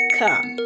come